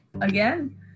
again